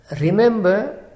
remember